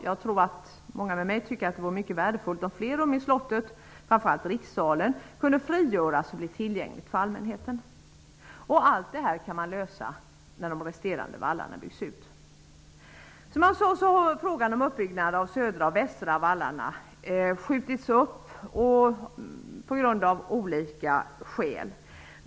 Jag tror att många med mig tycker att det vore mycket värdefullt om fler rum i slottet, framför allt rikssalen, kunde frigöras och bli tillgängliga för allmänheten. Allt detta kan man lösa när de resterande vallarna byggs ut. Som jag sade så har frågan om uppbyggnad av södra och västra vallarna skjutits upp av olika skäl.